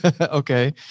Okay